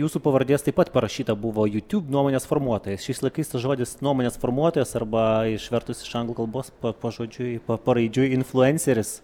jūsų pavardės taip pat parašyta buvo jutiūb nuomonės formuotojas šiais laikais tas žodis nuomonės formuotojas arba išvertus iš anglų kalbos pa pažodžiui paraidžiui influenceris